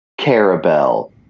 Carabelle